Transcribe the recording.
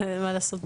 אין מה לעשות,